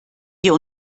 wir